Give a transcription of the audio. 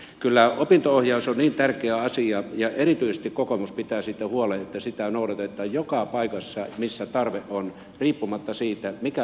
kyllä opinto ohjaus on niin tärkeä asia ja erityisesti kokoomus pitää siitä huolen että sitä noudatetaan joka paikassa missä tarve on riippumatta siitä mikä opintoaste on kyseessä